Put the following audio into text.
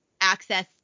access